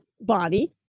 body